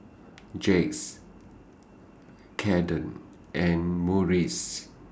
Jax Cayden and